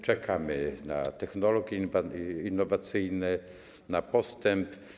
Czekamy na technologie innowacyjne, na postęp.